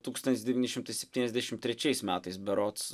tūkstantis devyni šimtai septyniasdešimt trečiais metais berods